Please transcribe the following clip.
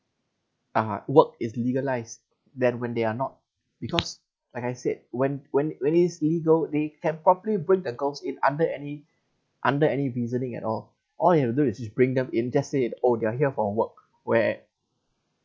uh work is legalised then when they are not because like I said when when when it's legal they can properly bring the girls it under any under any reasoning at all all you have to do is just bring them in just say it orh they are here for a work where